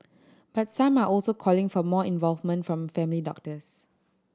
but some are also calling for more involvement from family doctors